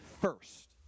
first